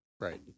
right